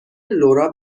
لورا